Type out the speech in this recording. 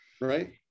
Right